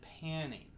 panning